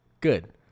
Good